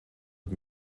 het